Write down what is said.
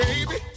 Baby